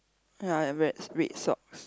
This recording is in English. ya and red red socks